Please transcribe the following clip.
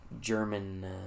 German